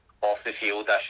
off-the-field